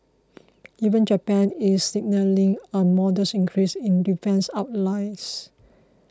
even Japan is signalling a modest increase in defence outlays